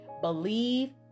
Believe